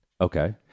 okay